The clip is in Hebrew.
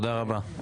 תודה רבה.